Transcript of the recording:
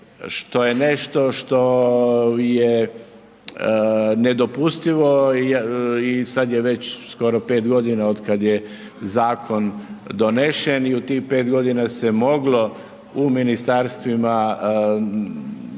što je nešto što je nedopustivo i sada je već skoro 5 g. od kada je zakon donesen i u tih 5 g. se moglo u ministarstvima